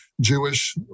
Jewish